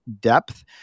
depth